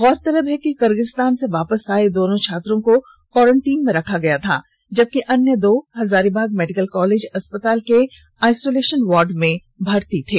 गौरतलब है कि किर्गिस्तान से वापस आए दोनों छात्रों को क्वारेंटीन में रखा गया था जबकि अन्य दो हजारीबाग मेडिकल कॉलेज अस्पताल के आइसोलेशन वार्ड में भर्ती थे